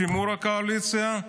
שימור הקואליציה,